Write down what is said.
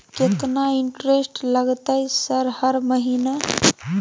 केतना इंटेरेस्ट लगतै सर हर महीना?